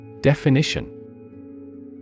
Definition